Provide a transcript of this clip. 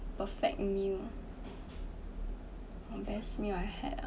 perfect meal best meal I had ah